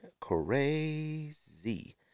crazy